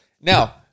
Now